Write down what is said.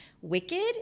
wicked